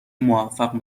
موفق